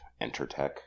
Entertech